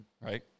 right